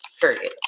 period